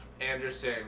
Anderson